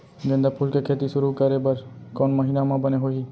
गेंदा फूल के खेती शुरू करे बर कौन महीना मा बने होही?